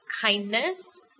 kindness